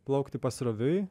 plaukti pasroviui